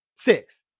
Six